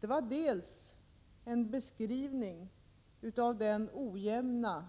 Den första var en beskrivning av den ojämna